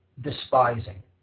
despising